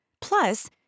Plus